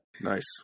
Nice